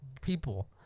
People